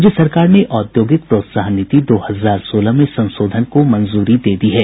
राज्य सरकार ने औद्योगिक प्रोत्साहन नीति दो हजार सोलह में संशोधन को मंजूरी दे दी है